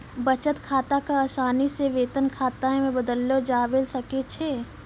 बचत खाता क असानी से वेतन खाता मे बदललो जाबैल सकै छै